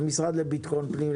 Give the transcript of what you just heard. למשרד לביטחון פנים,